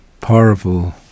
powerful